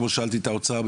כמו ששאלתי את האוצר,